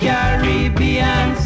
Caribbean